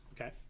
okay